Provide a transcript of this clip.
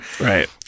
Right